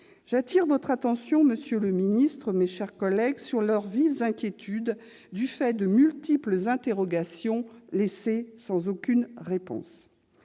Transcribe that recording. J'attire votre attention, monsieur le ministre, mes chers collègues, sur leurs vives inquiétudes, du fait de multiples interrogations laissées sans aucune réponse.